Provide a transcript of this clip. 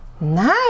Nice